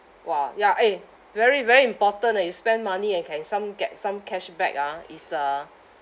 !wah! ya eh very very important eh you spend money and can some get some cashback ah is uh